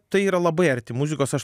tai yra labai arti muzikos aš